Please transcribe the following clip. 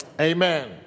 Amen